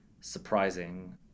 surprising